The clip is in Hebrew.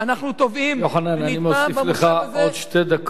ואנחנו תובעים, יוחנן, אני מוסיף לך עוד שתי דקות.